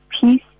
peace